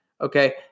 Okay